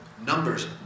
Numbers